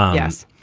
yes.